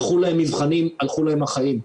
הלכו להם מבחנים, הלכו להם החיים.